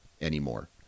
anymore